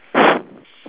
ah okay